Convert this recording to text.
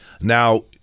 Now